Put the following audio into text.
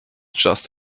just